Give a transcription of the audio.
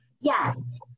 Yes